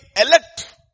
elect